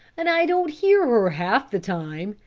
and i don't hear her half the time,